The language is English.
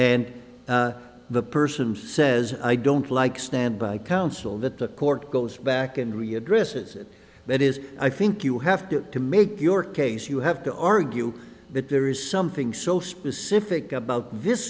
and the person says i don't like stand by counsel that the court goes back and we address it that is i think you have to get to make your case you have to argue that there is something so specific about this